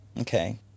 Okay